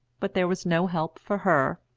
but there was no help for her,